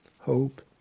hope